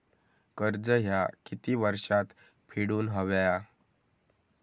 कर्ज ह्या किती वर्षात फेडून हव्या?